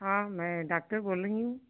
हाँ मैं डाक्टर बोल रही हूँ